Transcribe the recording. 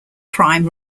prime